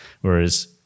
whereas